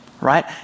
right